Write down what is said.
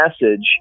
message